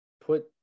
put